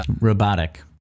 Robotic